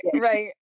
right